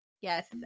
yes